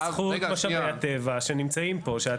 אלעד הוכמן, מנכ"ל מגמה ירוקה.